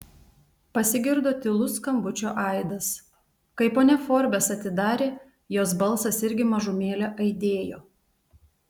pasigirdo tylus skambučio aidas kai ponia forbes atidarė jos balsas irgi mažumėlę aidėjo